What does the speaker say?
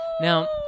Now